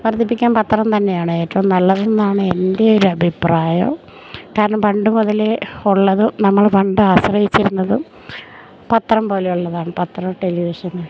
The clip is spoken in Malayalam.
വർദ്ധിപ്പിക്കാൻ പത്രം തന്നെയാണ് ഏറ്റവും നല്ലതെന്നാണ് എൻ്റെ ഒരു അഭിപ്രായം കാരണം പണ്ട് മുതലേ ഉള്ളതും നമ്മൾ പണ്ട് ആശ്രയിച്ചിരുന്നതും പത്രം പോലെയുള്ളതാണ് പത്രം ടെലിവിഷന്